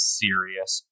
serious